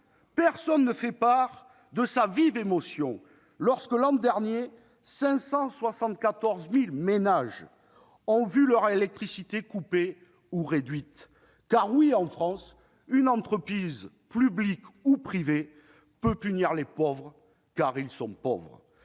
personne n'a fait part de sa vive émotion lorsque, l'an dernier, 574 000 ménages ont vu leur électricité coupée ou réduite. Car, oui, en France, une entreprise, publique ou privée, peut punir les pauvres, parce qu'ils sont pauvres.